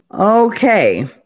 Okay